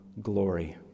glory